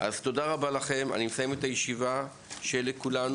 כל אחת מאיתנו צריכה להתכונן נפשית כי כתבו שם,